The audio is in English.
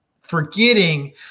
forgetting